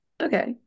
Okay